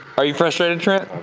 are you frustrated trent?